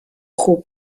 خوب